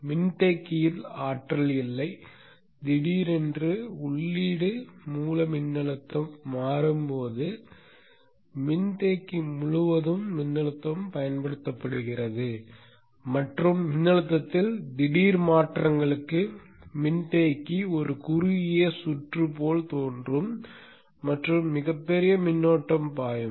மின்தேக்கியில் ஆற்றல் இல்லை திடீரென்று உள்ளீட்டு மூல மின்னழுத்தம் மாறும்போது மின்தேக்கி முழுவதும் மின்னழுத்தம் பயன்படுத்தப்படுகிறது மற்றும் மின்னழுத்தத்தில் திடீர் மாற்றங்களுக்கு மின்தேக்கி ஒரு குறுகிய சுற்று போல் தோன்றும் மற்றும் மிகப்பெரிய மின்னோட்டம் பாயும்